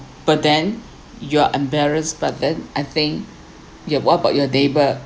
but then you are embarrassed but then I think yeah what about your neighbour